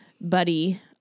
buddy